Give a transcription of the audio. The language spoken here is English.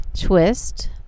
twist